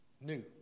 new